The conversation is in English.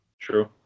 True